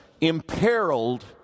imperiled